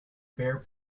bare